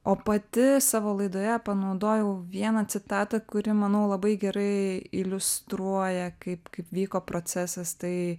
o pati savo laidoje panaudojau vieną citatą kuri manau labai gerai iliustruoja kaip kaip vyko procesas tai